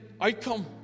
outcome